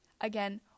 Again